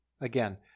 Again